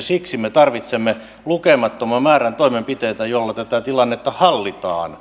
siksi me tarvitsemme lukemattoman määrän toimenpiteitä joilla tätä tilannetta hallitaan